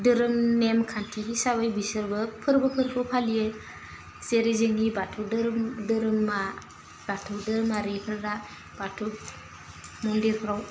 दोरोम नेम खान्थि हिसाबै बिसोरबो फोरबोफोरखौ फालियो जेरै जोंनि बाथौ दोरोम दोरोमा बाथौ दोरोमारिफोरा बाथौ मन्दिरफ्राव